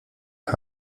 dem